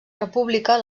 república